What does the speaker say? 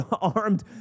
armed